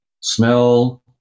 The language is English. smell